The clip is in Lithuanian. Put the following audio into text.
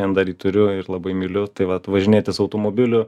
jį dar turiu ir labai myliu tai vat važinėtis automobiliu